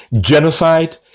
genocide